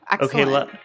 Okay